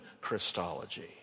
Christology